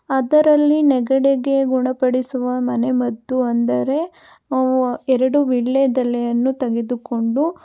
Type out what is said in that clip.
ಅದರಲ್ಲಿ ನೆಗಡಿಗೆ ಗುಣಪಡಿಸುವ ಮನೆಮದ್ದು ಅಂದರೆ ಎರಡು ವೀಳ್ಯದೆಲೆಯನ್ನು ತೆಗೆದುಕೊಂಡು